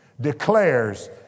declares